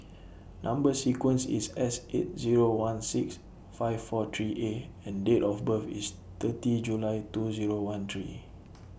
Number sequence IS S eight Zero one six five four three A and Date of birth IS thirty July two Zero one three